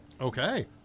Okay